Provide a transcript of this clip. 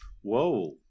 Whoa